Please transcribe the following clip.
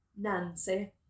Nancy